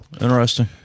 interesting